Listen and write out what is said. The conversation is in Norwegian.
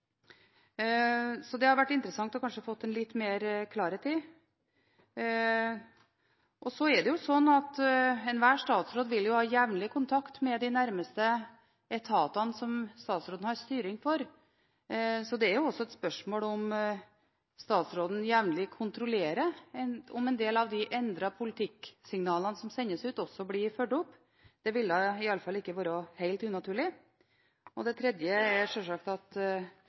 Så det er jo også et spørsmål om statsråden jevnlig kontrollerer om en del av de endrede politikksignalene som sendes ut, blir fulgt opp. Det ville iallfall ikke ha vært helt unaturlig. Det tredje er sjølsagt at